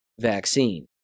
vaccine